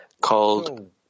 called